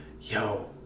Yo